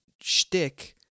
shtick